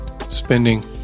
spending